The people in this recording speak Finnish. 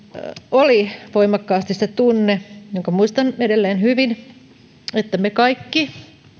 oli voimakkaasti se tunne jonka muistan edelleen hyvin että me kaikki